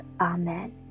Amen